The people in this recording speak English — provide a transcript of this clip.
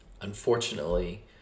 Unfortunately